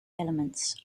elements